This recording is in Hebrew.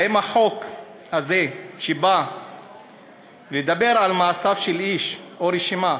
האם החוק הזה, שבא לדבר על מעשים של איש או רשימה,